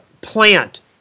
plant